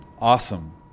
awesome